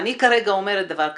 אני כרגע אומרת דבר כזה,